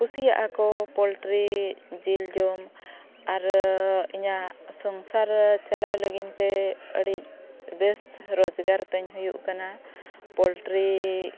ᱠᱩᱥᱤᱭᱟᱜ ᱟᱠᱚ ᱯᱳᱞᱴᱨᱤ ᱡᱤᱞ ᱡᱚᱢ ᱟᱨ ᱤᱧᱟᱹᱜ ᱥᱚᱝᱥᱟᱨ ᱪᱟᱞᱟᱣ ᱞᱟᱹᱜᱤᱫ ᱛᱮ ᱟᱹᱰᱤ ᱵᱮᱥ ᱨᱚᱡᱽᱜᱟᱨ ᱛᱤᱧ ᱦᱩᱭᱩᱜ ᱠᱟᱱᱟ ᱯᱳᱞᱴᱨᱤ